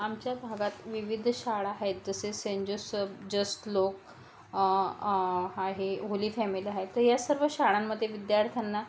आमच्या भागात विविध शाळा आहेत जसे सें जोसफ जसलोक आहे होली फॅमिली आहेत या सर्व शाळांमध्ये विद्यार्थ्यांना